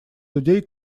людей